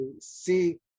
see